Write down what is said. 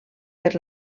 per